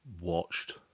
watched